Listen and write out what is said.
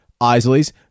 Isley's